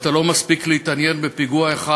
ואתה לא מספיק להתעניין בפיגוע אחד,